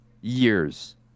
years